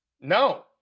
No